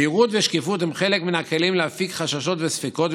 בהירות ושקיפות הן חלק מן הכלים להפיג חששות וספקות,